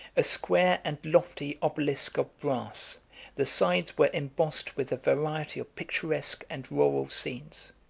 a square and lofty obelisk of brass the sides were embossed with a variety of picturesque and rural scenes,